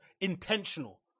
Intentional